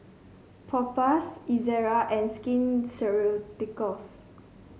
Propass Ezerra and Skin